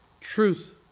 truth